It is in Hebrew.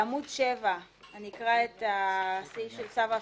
עמוד 7. סעיף 25ד1. אני אקרא את סעיף (ג)